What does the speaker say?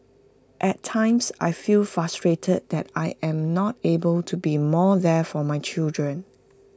at times I feel frustrated that I am not able to be more there for my children